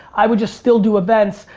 i would just still do events,